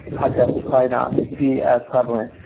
podcasts would probably not be as prevalent.